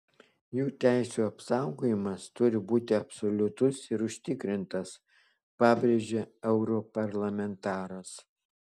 jų teisių apsaugojimas turi būti absoliutus ir užtikrintas pabrėžė europarlamentaras